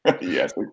Yes